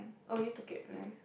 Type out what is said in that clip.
oh you took it right